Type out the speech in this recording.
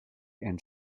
and